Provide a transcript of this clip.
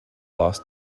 lost